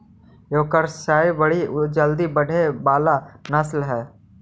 Yorkshire बड़ी जल्दी बढ़े वाला नस्ल हई